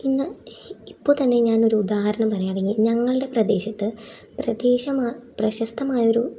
ഇന്ന് ഇപ്പോൾ തന്നെ ഞാനൊരു ഉദാഹരണം പറയുകയാണെങ്കിൽ ഞങ്ങളുടെ പ്രദേശത്ത് പ്രദേശം പ്രശസ്തമായൊരു